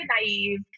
naive